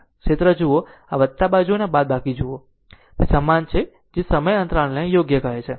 ક્ષેત્ર જો જુઓ તો બાજુ અને બાદબાકી બાજુ તે સમાન છે જે સમય અંતરાલને યોગ્ય કહે છે